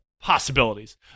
possibilities